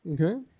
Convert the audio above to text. Okay